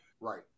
right